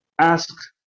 ask